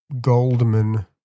Goldman